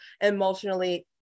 emotionally